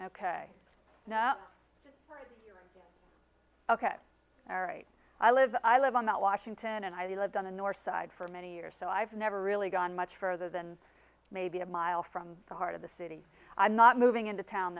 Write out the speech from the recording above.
ok now ok all right i live i live on mount washington and i lived on the north side for many years so i've never really gone much further than maybe a mile from the heart of the city i'm not moving into town